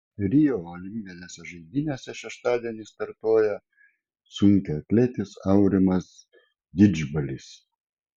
rio olimpinėse žaidynėse šeštadienį startuoja sunkiaatletis aurimas didžbalis